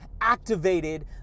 activated